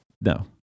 no